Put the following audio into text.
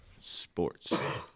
sports